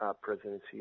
presidency